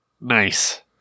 nice